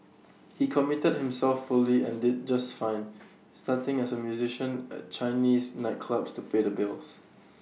he committed himself fully and did just fine starting as A musician at Chinese nightclubs to pay the bills